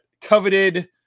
coveted